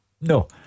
No